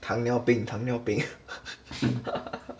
糖尿病糖尿病